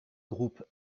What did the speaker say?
groupe